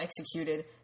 executed